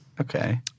Okay